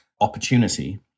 opportunity